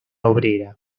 obrera